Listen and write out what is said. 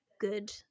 good